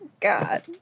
God